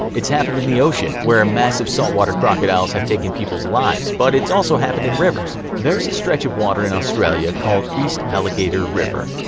it's happened in the ocean when massive saltwater crocodiles have taken people's lives, but it's also happened in rivers. there's a stretch of water in australia called east alligator river.